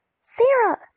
Sarah